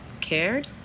cared